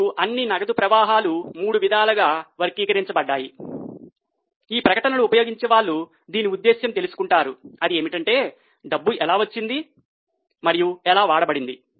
మరియు అన్ని నగదు ప్రవాహాలు మూడు విధాలుగా వర్గీకరించబడతాయి ఈ ప్రకటనలు ఉపయోగించే వాళ్ళు దీని ఉద్దేశ్యము తెలుసుకుంటారు అది ఏమిటంటే డబ్బు ఎలా వచ్చింది ఎలా వాడబడింది